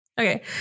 okay